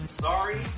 Sorry